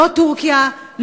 לא טורקיה,